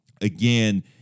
again